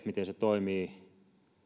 miten se toimii